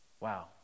Wow